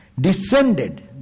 descended